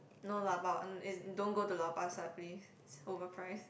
no lah but uh as in don't go to lau-pa-sat please it's overpriced